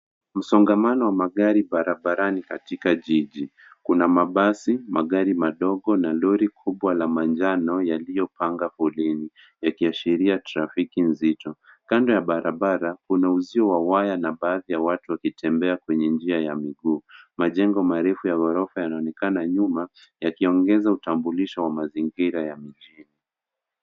Msongomano wa magari barabarani katika jiji. Kuna mabasi, magari madogo, na lori kubwa la manjano yaliyopanga foleni yakiashiria trafiki nzito. Kando ya barabara, kuna uzio wa waya na baadhi ya watu wakitembea kwenye njia ya miguu. Majengo marefu ya ghorofa yanaonekana nyuma, yakiongeza utambulisho wa mazingira ya mji.